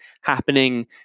happening